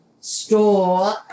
store